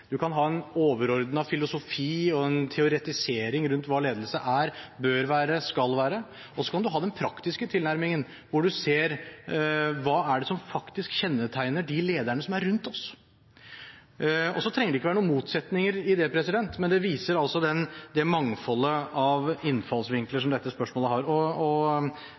kan ha en overordnet filosofi og en teoretisering rundt hva ledelse er, bør være og skal være, og så kan man ha den praktiske tilnærmingen, hvor man ser på hva som faktisk kjennetegner de lederne som er rundt oss. Det trenger ikke å være noen motsetning i det, men det viser altså det mangfoldet av innfallsvinkler som dette spørsmålet har. Interpellanten har på en måte en mer overordnet filosofisk tilnærming enn representanten Helseth, og